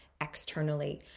externally